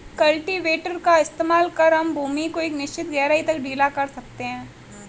cultivator का इस्तेमाल कर हम भूमि को एक निश्चित गहराई तक ढीला कर सकते हैं